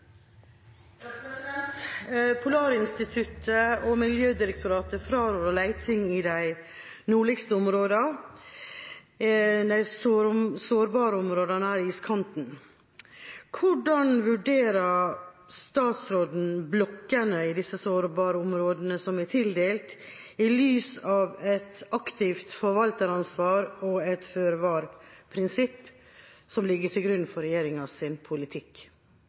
Polarinstituttet og Miljødirektoratet fraråder leting i de nordligste områdene, de sårbare områdene av iskanten. Hvordan vurderer statsråden blokkene i disse sårbare områdene som er tildelt, i lys av et aktivt forvalteransvar og et føre var-prinsipp, som ligger til grunn for regjeringas politikk?